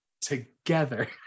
together